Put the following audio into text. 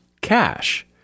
cash